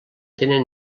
tenen